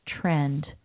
trend